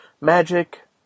magic